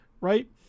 right